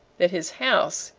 that his house,